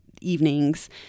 evenings